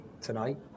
tonight